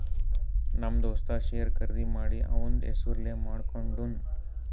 ನಮ್ ದೋಸ್ತ ಶೇರ್ ಖರ್ದಿ ಮಾಡಿ ಅವಂದ್ ಹೆಸುರ್ಲೇ ಮಾಡ್ಕೊಂಡುನ್